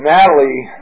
Natalie